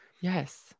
yes